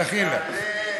דחילק.